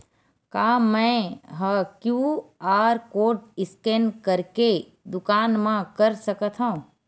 का मैं ह क्यू.आर कोड स्कैन करके दुकान मा कर सकथव?